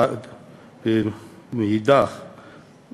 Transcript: ומאידך גיסא,